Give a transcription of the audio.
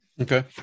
Okay